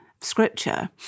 scripture